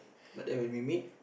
but then when we meet